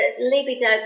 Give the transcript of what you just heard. libido